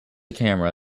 camera